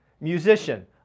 musician